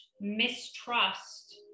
mistrust